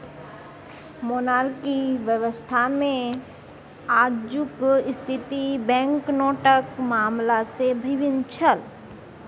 monarchy व्यवस्थामे आजुक स्थिति बैंकनोटक मामला सँ भिन्न छल